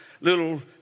little